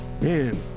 Man